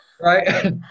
Right